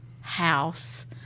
house